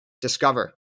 discover